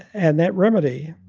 and that remedy.